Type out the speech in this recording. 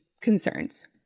concerns